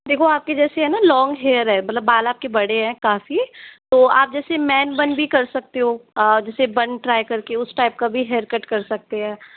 देखो आपके जैसे हैं ना लॉंग हेयर है मतलब बाल आपके बड़े हैं काफ़ी तो आप जैसे मैन वन भी कर सकते हो आ जैसे बन ट्राइ करके उस टाइप का भी हेयर कट कर सकते हैं